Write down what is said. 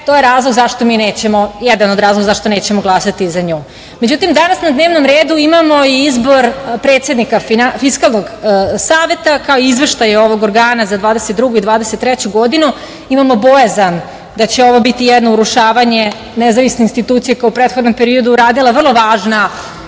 je razlog zašto mi nećemo, jedan od razloga zašto nećemo glasati za nju. Međutim, danas na dnevnom redu imamo i izbor predsednika Fiskalnog saveta, kao i izveštaj ovog organa za 2022. i 2023. godinu. Imamo bojazan da će ovo biti jedno urušavanje nezavisne institucije koja je u prethodnom periodu uradila vrlo važna